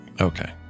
Okay